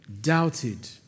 doubted